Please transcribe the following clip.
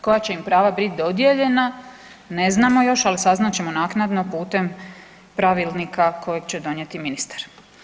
Koja će im prava biti dodijeljena ne znamo još, ali saznat ćemo naknadno putem pravilnika kojeg će donijeti Ministar.